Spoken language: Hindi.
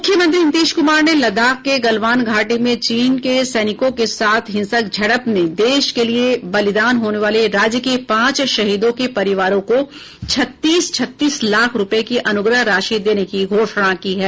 मूख्यमंत्री नीतीश कुमार ने लद्दाख के गलवान घाटी में चीन के सैनिकों के साथ हिंसक झडप में देश के लिए बलिदान होने वाले राज्य के पांच शहीदों के परिवारों को छत्तीस छत्तीस लाख रुपये की अनुग्रह राशि देने की घोषणा की है